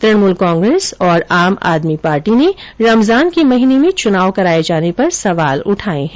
तृणमुल कांग्रेस और आम आदमी पार्टी ने रमजान के महीने में चुनाव कराये जाने पर सवाल उठाये हैं